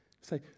say